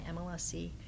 MLSC